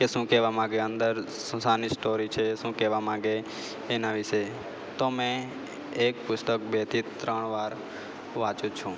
કે શું કહેવા માંગે અંદર શેની સ્ટોરી છે શું કહેવા માંગે એના વિષે તો મેં એક પુસ્તક બેથી ત્રણ વાર વાંચું છું